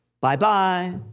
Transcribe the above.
bye-bye